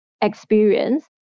experience